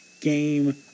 game